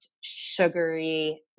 sugary